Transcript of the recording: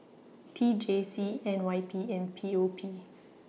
T J C N Y P and P O P